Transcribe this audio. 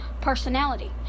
personality